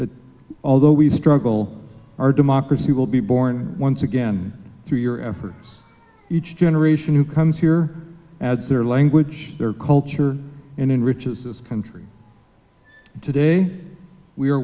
that although we struggle our democracy will be borne once again through your efforts each generation who comes here adds their language their culture and in riches this country today we